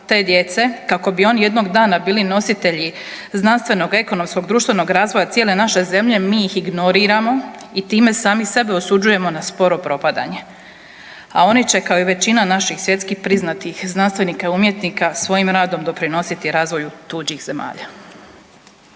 te djece kako bi oni jednog dana bili nositelji znanstvenog, ekonomskog, društvenog razvoja cijele naše zemlje, mi ih ignoriramo i time sami sebe osuđujemo na sporo propadanje, a oni će kao i većina naših svjetski priznatih znanstvenika, umjetnika svojim radom doprinositi razvoju tuđih zemalja.